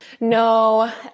No